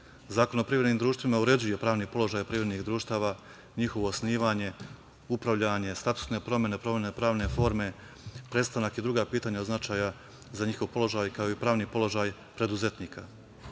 Zakon o privrednim društvima uređuje pravni položaj privrednih društava, njihovo osnivanje, upravljanje, statusne promene, promene pravne forme, prestanak i druga pitanja od značaja za njihov položaj, kao i pravni položaj preduzetnika. Iz